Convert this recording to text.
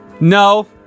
No